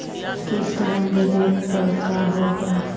किस्त न देबे पर का होगा?